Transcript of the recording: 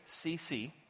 cc